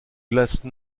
glace